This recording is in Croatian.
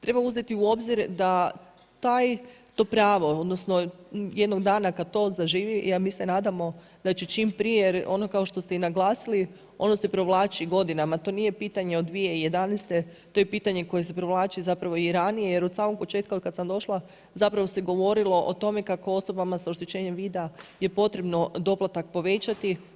Treba uzeti u obzir da to pravo odnosno jednog dana kad to zaživi, mi se nadamo da će čim prije ono kao što ste i naglasili, ono se provlači godinama, to nije pitanje od 2011., to je pitanje koje se provlači zapravo i ranije jer od samog početka otkad sam došla zapravo se govorilo o tome kako osobama sa oštećenjem vida je potrebno doplatak povećati.